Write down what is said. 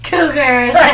Cougars